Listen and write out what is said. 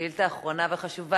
שאילתא אחרונה וחשובה.